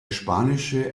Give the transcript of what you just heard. spanische